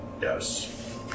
Yes